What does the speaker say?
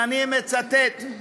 ואני מצטט: